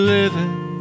Living